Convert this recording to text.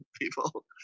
people